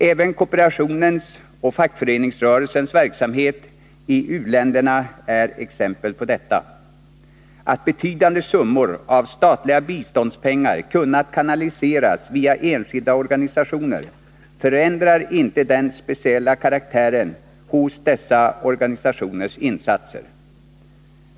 Även kooperationens och fackföreningsrörelsens verksamhet i u-länderna är exempel på detta. Att betydande summor av statliga biståndspengar kunnat kanaliseras via enskilda organisationer förändrar inte den speciella karaktären hos dessa organisationers insatser.